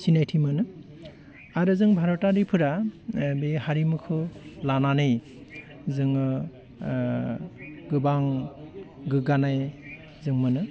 सिनायथि मोनो आरो जों भारतारिफोरा बे हारिमुखौ लानानै जोङो गोबां गोग्गानाय जों मोनो